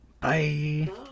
Bye